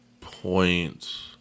Point